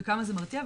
וכמה זה מרתיע,